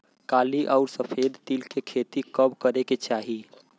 काली अउर सफेद तिल के खेती कब करे के चाही?